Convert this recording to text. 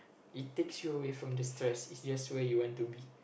it takes you away from the stress it's just where you want to be